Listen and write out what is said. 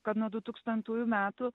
kad nuo dutūkstantųjų metų